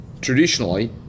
traditionally